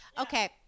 Okay